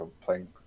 playing